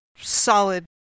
Solid